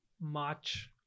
march